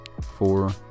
four